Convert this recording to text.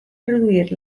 reduir